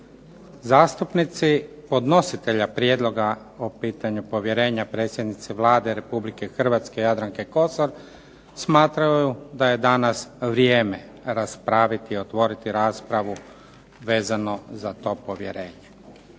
Zastupnici podnositelja prijedloga o pitanju povjerenja predsjednici Vlade Republike Hrvatske Jadranke Kosor smatraju da je danas vrijeme raspraviti i otvoriti raspravu vezano za to povjerenje.